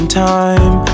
time